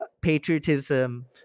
patriotism